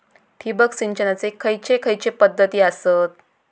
ठिबक सिंचनाचे खैयचे खैयचे पध्दती आसत?